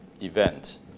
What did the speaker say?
event